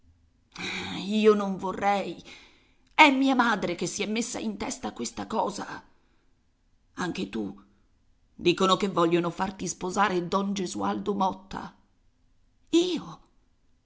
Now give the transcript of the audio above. io non vorrei è mia madre che si è messa in testa questa cosa anche tu dicono che vogliono farti sposare don gesualdo motta io